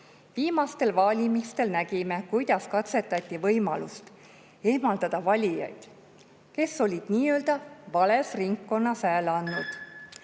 Viimastel valimistel nägime, kuidas katsetati võimalust eemaldada valijaid, kes olid nii-öelda vales ringkonnas hääle andnud.